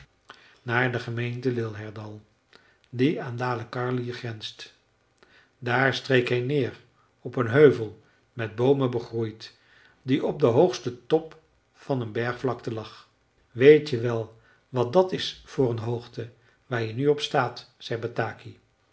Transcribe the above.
naar de gemeente lillhärdal die aan dalecarlië grenst daar streek hij neer op een heuvel met boomen begroeid die op den hoogsten top van een bergvlakte lag weet je wel wat dat is voor een hoogte waar je nu op staat zei bataki